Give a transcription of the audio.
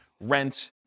rent